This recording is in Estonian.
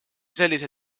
sellise